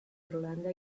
irlanda